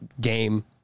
game